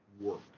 work